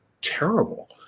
terrible